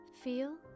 Feel